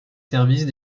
services